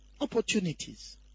Opportunities